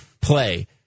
play